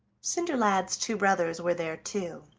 cinderlad's two brothers were there too,